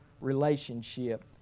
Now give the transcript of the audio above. relationship